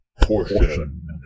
Portion